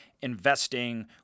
investing